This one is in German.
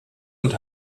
und